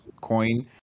coin